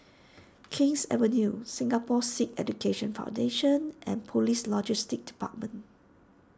King's Avenue Singapore Sikh Education Foundation and Police Logistics Department